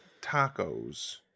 tacos